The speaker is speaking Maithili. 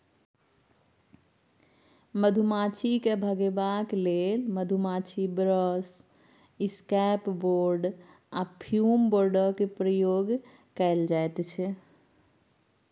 मधुमाछी केँ भगेबाक लेल मधुमाछी ब्रश, इसकैप बोर्ड आ फ्युम बोर्डक प्रयोग कएल जाइत छै